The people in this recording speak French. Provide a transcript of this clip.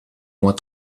moins